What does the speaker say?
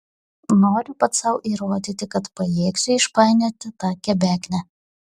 noriu pats sau įrodyti kad pajėgsiu išpainioti tą kebeknę